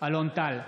אלון טל,